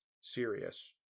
serious